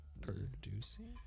Producing